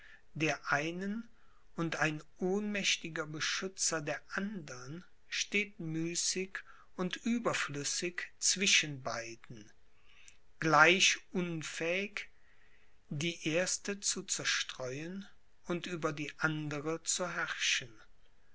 der einen und ein ohnmächtiger beschützer der andern steht müßig und überflüssig zwischen beiden gleich unfähig die erste zu zerstreuen und über die andere zu herrschen